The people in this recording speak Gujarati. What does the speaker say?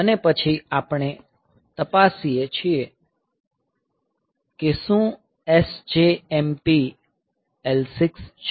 અને પછી આપણે તપાસીએ છીએ કે શું SJMP L6 છે